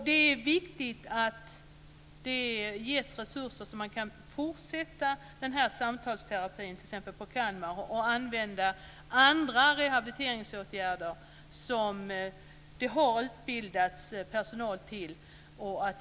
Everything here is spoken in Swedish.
Det är viktigt att det ges resurser så att man kan fortsätta med samtalsterapi t.ex. på Kalmaranstalten och använda andra rehabiliteringsåtgärder som det har utbildats personal för.